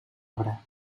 obra